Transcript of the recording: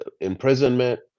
imprisonment